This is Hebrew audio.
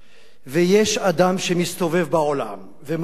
ויש אדם שמסתובב בעולם ומגיע,